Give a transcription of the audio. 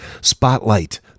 Spotlight